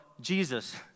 Jesus